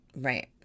Right